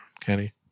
Kenny